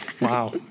Wow